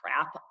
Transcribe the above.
crap